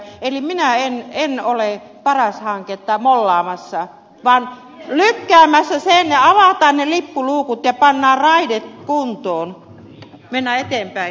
eli minä en ole paras hanketta mollaamassa vaan lykkäämässä sen ja avataan ne lippuluukut ja pannaan raide kuntoon mennään eteenpäin